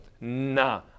nah